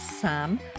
Sam